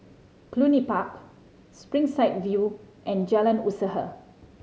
Cluny Park Springside View and Jalan Usaha